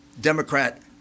Democrat